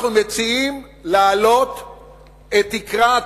אנחנו מציעים להעלות את תקרת